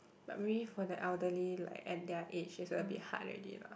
but maybe for the elderly like at their age is a bit hard already lah